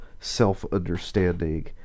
self-understanding